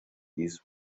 his